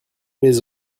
mes